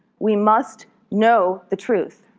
we must know the truth.